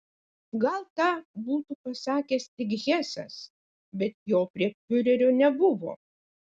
gal tą būtų pasakęs tik hesas bet jo prie fiurerio nebuvo